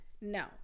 No